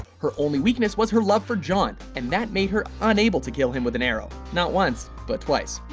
her only weakness was her love for john, and that made her unable to kill him with an arrow. not once, but twice.